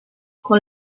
con